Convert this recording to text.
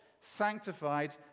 sanctified